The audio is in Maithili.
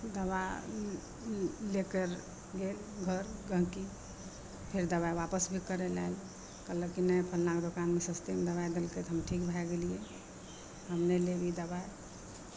दबा ई ई लेकर गेल घर जहन की फेर दबाइ वापस भी करैलए आउ कहलक की नहि फल्लाँ दोकानके सेम दबाइ देलकै तऽ हम चुप भए गेलियै हम नहि लेब दबाइ